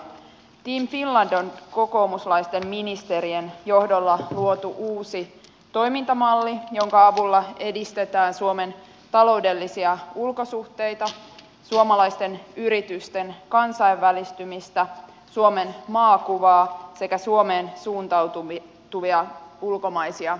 team finland on kokoomuslaisten ministerien johdolla luotu uusi toimintamalli jonka avulla edistetään suomen taloudellisia ulkosuhteita suomalaisten yritysten kansainvälistymistä suomen maakuvaa sekä suomeen suuntautuvia ulkomaisia investointeja